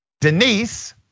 Denise